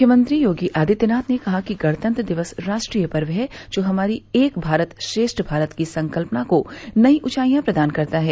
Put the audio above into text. मुख्यमंत्री योगी आदित्यनाथ ने कहा है कि गणतंत्र दिवस राष्ट्रीय पर्व है जो हमारी एक भारत श्रेष्ठ भारत की संकल्पना को नयी ऊचाइयाँ प्रदान करता है